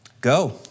Go